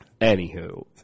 Anywho